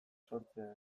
sortzea